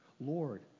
Lord